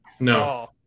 No